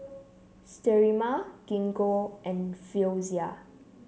Sterimar Gingko and Floxia